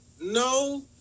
no